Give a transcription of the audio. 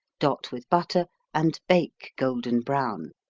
dot with butter and bake golden-brown.